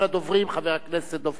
חבר הכנסת בן-ארי,